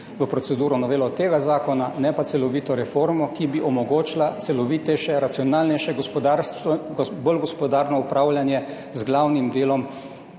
v proceduro novelo tega zakona, ne pa celovito reformo, ki bi omogočila celovitejše, racionalnejše, gospodarsko bolj gospodarno upravljanje z glavnim delom